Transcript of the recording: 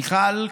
מיכל,